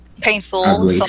painful